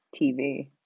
TV